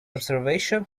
observation